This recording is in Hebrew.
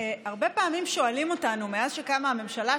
הרבה פעמים שואלים אותנו מאז שקמה הממשלה,